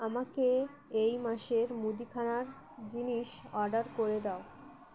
আমাকে এই মাসের মুদিখানার জিনিস অর্ডার করে দাও